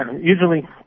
Usually